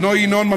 בנו ינון,